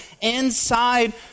inside